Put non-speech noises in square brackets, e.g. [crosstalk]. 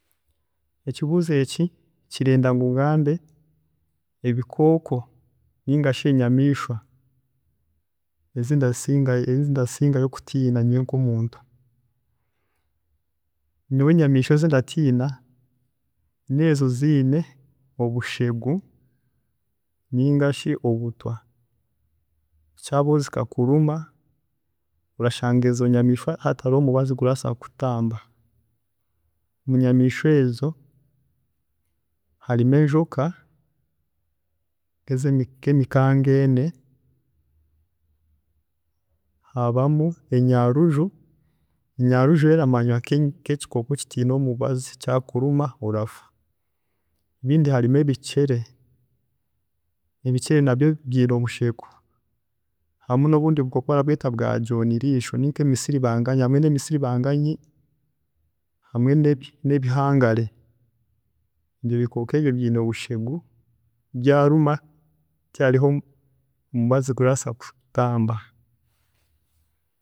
﻿Ekibuuzo eki kirenda ngu ngambe ebikooko ninga shi enyamiishwa ezi ndasingayo kutiina nyowe nk'omuntu. Nyowe enyamiishwa ezindatiina nezo eziine obushegu ninga shi obutwa, kyabaho zikakuruma orashanga ezo nyamiishwa hatariho omubazi gurabaasa kutamba. Munyamiishwa ezo harimu enjoka nk'emikangiine, habamu enyaruju, enyaruju yo eramanywa nk'ekikooko kitiine mubazi, kyaakuruma orafwa. Ebindi harimu ebicere, ebicere nabyo byiine obushegu, hamwe nobundi bukooko barabweeta bwa John riisho ninka emisiribanganyi, hamwe nemisiribangangayi hamwe [hesitation] nebihangare, ebikooko ebyo byeine obushegu, byaruma tihariho ogurabaasa kubitamba